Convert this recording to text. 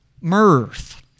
mirth